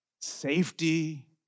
Safety